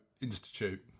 Institute